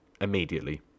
immediately